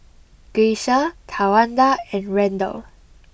Grecia Tawanda and Randal